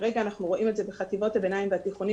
כרגע אנחנו רואים את זה בחטיבות הביניים והתיכונים,